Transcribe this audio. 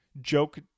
joke